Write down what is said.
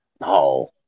No